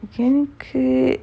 எனக்கு:enakku